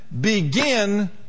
begin